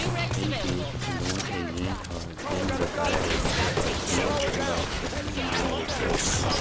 bank के loan agent ह जेन बताए रहिथे ओतने ल सहीं मान लेथे